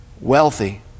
wealthy